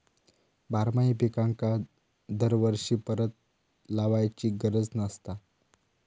बारमाही पिकांका दरवर्षी परत लावायची गरज नसता